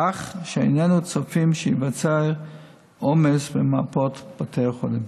כך שאיננו צופים שייווצר עומס במרפאות בתי החולים.